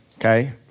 Okay